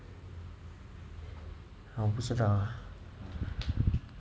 我不知道